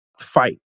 fight